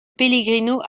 pellegrino